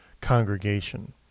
congregation